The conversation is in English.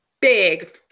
big